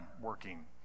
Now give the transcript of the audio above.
working